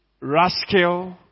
rascal